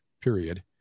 period